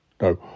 No